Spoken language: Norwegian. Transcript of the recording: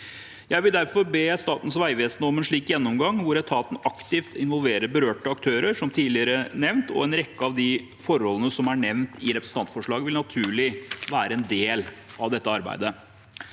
Jeg vil derfor be Statens vegvesen om en slik gjennomgang, hvor etaten aktivt involverer berørte aktører, som tidligere nevnt, og en rekke av de forholdene som er nevnt i representantforslaget, vil naturlig være en del av dette arbeidet.